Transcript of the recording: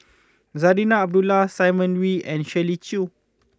Zarinah Abdullah Simon Wee and Shirley Chew